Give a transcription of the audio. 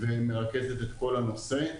ומרכזת את כל הנושא.